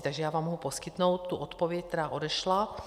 Takže já vám mohu poskytnout tu odpověď, která odešla.